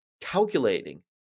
calculating